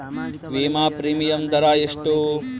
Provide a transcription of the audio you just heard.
ವಿಮಾ ಪ್ರೀಮಿಯಮ್ ದರಾ ಎಷ್ಟು?